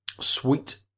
sweet